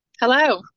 Hello